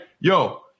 yo